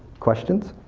questions?